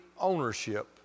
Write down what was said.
ownership